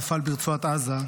נפל ברצועת עזה,